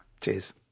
Cheers